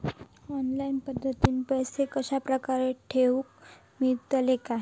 Online पद्धतीन पैसे कश्या प्रकारे ठेऊक मेळतले काय?